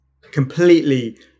completely